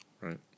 Right